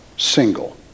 single